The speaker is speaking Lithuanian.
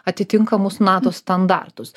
atitinkamus nato standartus